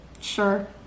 Sure